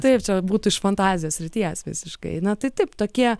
taip čia būtų iš fantazijos srities visiškai na tai taip tokie